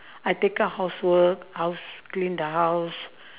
I take up housework house clean the house